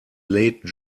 late